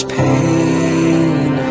pain